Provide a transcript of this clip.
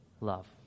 Love